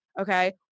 okay